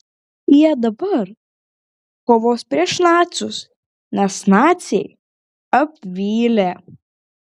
jie dabar kovos prieš nacius nes naciai apvylė